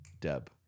Deb